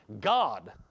God